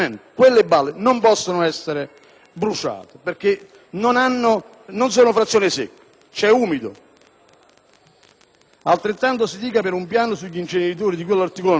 quelle balle non possono essere bruciate perché non sono frazione secca, c'è umido. Altrettanto si dica per il piano sugli inceneritori di cui all'articolo 9,